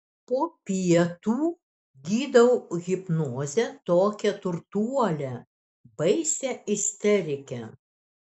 po pietų gydau hipnoze tokią turtuolę baisią isterikę